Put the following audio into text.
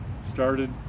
started